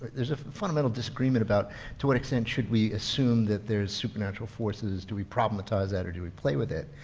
there's a fun little disagreement about to what extent should we assume that there's supernatural force. do we problematize that or do we play with it?